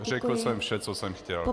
Řekl jsem vše, co jsem chtěl.